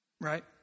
right